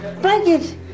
Blanket